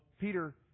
Peter